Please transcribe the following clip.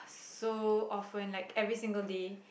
so often like every single day